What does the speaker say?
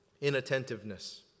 Inattentiveness